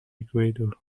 equator